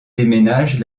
déménagent